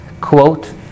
quote